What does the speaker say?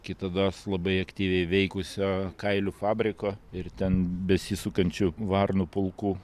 kitados labai aktyviai veikusio kailių fabriko ir ten besisukančių varnų pulkų